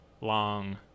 Long